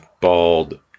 bald